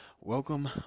welcome